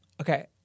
Okay